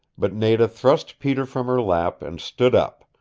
but nada thrust peter from her lap, and stood up,